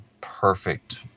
perfect